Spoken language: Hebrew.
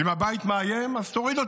ואם הבית מאיים אז תוריד אותו.